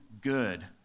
good